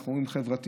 אנחנו רואים חברתית.